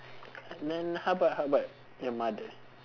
then how about how about your mother